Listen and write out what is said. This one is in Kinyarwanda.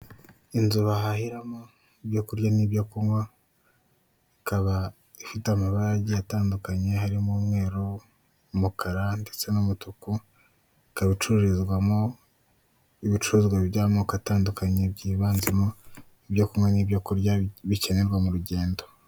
Inzu bahahirami ibyo kurya n'ibyo kunywa ikaba ifite amabara agiye atandukanye harimo; umweru, umukara ndetse n'umutuku, ikaba icururizwamo ibicuruzwa by'amoko atandukanye byivanzemo ibyo kunywa n'ibyo kurya bikenerwa m'urugendo.